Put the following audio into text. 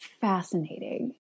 fascinating